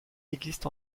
existe